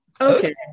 okay